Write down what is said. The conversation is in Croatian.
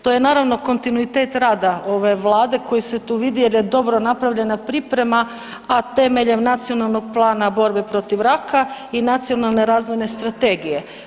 To je naravno, kontinuitet rada ove Vlade koji se tu vidi jer je dobro napravljena priprema, a temeljem Nacionalnog plana borbe protiv raka i Nacionalne razvojne strategije.